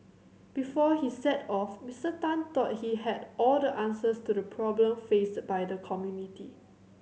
before he set off Mister Tan thought he had all the answers to the problem faced by the community